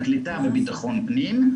הקליטה וביטחון פנים,